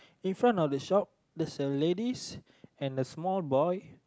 in front of the shop there's a ladies and a small boy